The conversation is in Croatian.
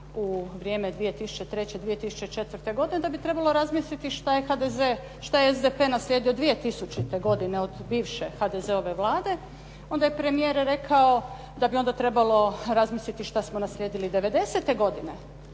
u vrijeme 2003., 2004. godine, da bi trebalo razmisliti šta je SDP naslijedio 2000. godine od bivše HDZ-ove Vlade. Onda je premijer rekao da bi onda trebalo razmisliti što smo naslijedili '90.-te godine,